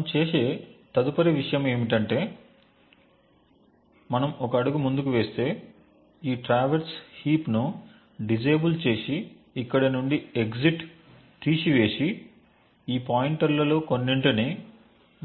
మనం చేసే తదుపరి విషయం ఏమిటంటే మనం ఒక అడుగు ముందుకు వేస్తే ఈ ట్రావెర్స్ హీప్ ను డిసేబుల్ చేసి ఇక్కడ నుండి ఎగ్జిట్ తీసివేసి ఈ పాయింటర్లలో కొన్నింటిని